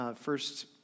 first